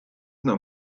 d’un